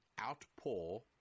outpour